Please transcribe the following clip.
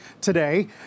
today